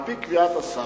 על-פי קביעת השר,